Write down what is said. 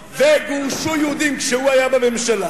וגורשו יהודים כשהוא היה בממשלה,